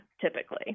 typically